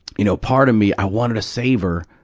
you know, part of me i wanted to save her,